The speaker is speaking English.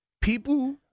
people